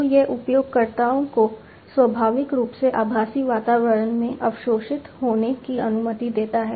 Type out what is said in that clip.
तो यह उपयोगकर्ताओं को स्वाभाविक रूप से आभासी वातावरण में अवशोषित होने की अनुमति देता है